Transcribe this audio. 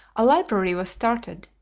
a library was started,